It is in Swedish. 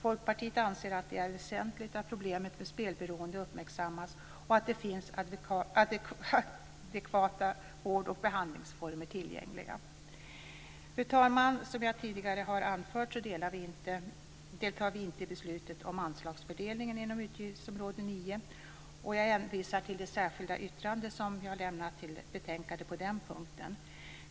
Folkpartiet anser att det är väsentligt att problemet med spelberoende uppmärksammas och att det finns adekvata vård och behandlingsformer tillgängliga. Fru talman! Som jag tidigare har anfört deltar vi inte i beslutet om anslagsfördelningen inom utgiftsområde 9, och jag hänvisar till det särskilda yttrande som jag har lämnat till betänkandet på den punkten.